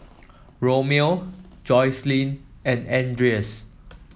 Romeo Jocelyn and Andreas